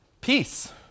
Peace